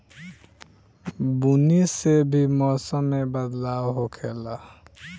बुनी से भी मौसम मे बदलाव होखेले